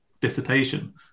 dissertation